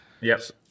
Yes